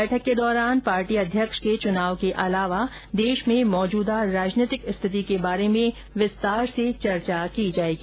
बैठक के दौरान पार्टी अध्यक्ष के चुनाव के अलावा देश में मौजूदा राजनीतिक स्थिति के बारे में विस्तार से चर्चा की जाएगी